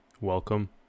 welcome